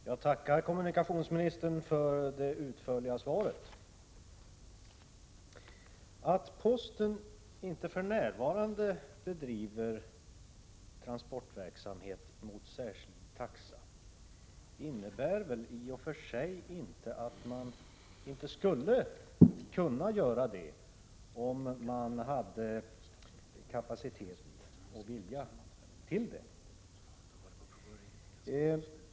Herr talman! Jag tackar kommunikationsministern för det utförliga svaret. Att posten för närvarande inte bedriver transportverksamhet mot särskild taxa innebär väl i och för sig inte att man inte skulle kunna göra det om man hade kapacitet för och vilja till detta.